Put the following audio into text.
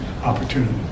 opportunity